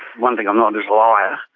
one thing i'm not is a liar.